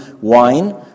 wine